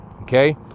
Okay